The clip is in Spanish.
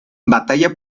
batalla